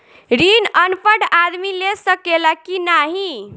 ऋण अनपढ़ आदमी ले सके ला की नाहीं?